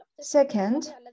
Second